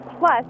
Plus